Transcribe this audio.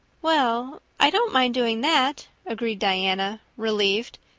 well, i don't mind doing that, agreed diana, relieved.